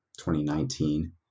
2019